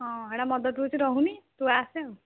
ହଁ ସେଇଟା ମଦ ପିଉଛି ରହୁନି ତୁ ଆସେ ଆଉ